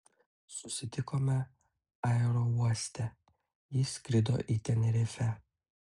susitikome aerouoste ji skrido į tenerifę